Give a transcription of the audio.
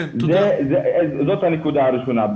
זאת הנקודה הראשונה.